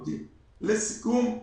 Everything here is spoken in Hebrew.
לסיכום,